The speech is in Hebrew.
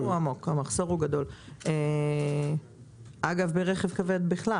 המחסור גדול, אגב ברכב כבד בכלל